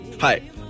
Hi